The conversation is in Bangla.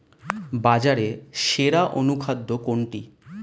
বাজারে সেরা অনুখাদ্য কোনটি?